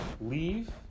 Leave